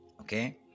okay